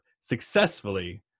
successfully